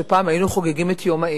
שפעם היינו חוגגים את יום האם.